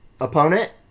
opponent